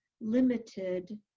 limited